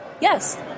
Yes